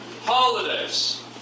Holidays